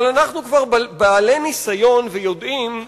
אבל אנחנו כבר בעלי ניסיון, ויודעים שמאגרים,